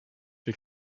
wir